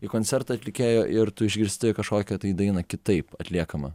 į koncertą atlikėjo ir tu išgirsti kažkokią tai dainą kitaip atliekamą